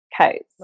Okay